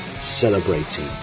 celebrating